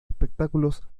espectáculos